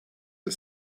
are